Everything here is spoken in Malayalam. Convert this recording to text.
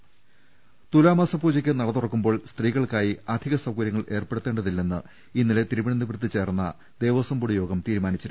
ശബരിമലയിൽ തുലാമാസ പൂജക്ക് നട തുറക്കുമ്പോൾ സ്ത്രീകൾക്കായി അധിക സൌകര്യങ്ങൾ ഏർപ്പെടുത്തേണ്ട തില്ലെന്ന് ഇന്നലെ തിരുവനന്തപുരത്ത് ചേർന്ന് ദേവസവം ബോർഡ് യോഗം തീരുമാനിച്ചു